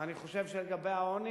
אני חושב לגבי העוני,